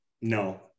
no